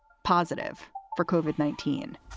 positive for covered nineteen